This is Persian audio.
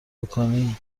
بکنی